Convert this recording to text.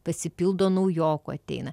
pasipildo naujokų ateina